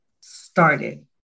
started